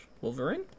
Wolverine